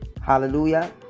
hallelujah